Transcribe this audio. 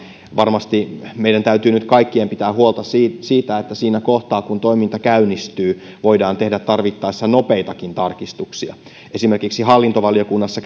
varmasti meidän kaikkien täytyy nyt pitää huolta siitä siitä että siinä kohtaa kun toiminta käynnistyy voidaan tehdä tarvittaessa nopeitakin tarkistuksia esimerkiksi hallintovaliokunnassa